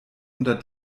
unter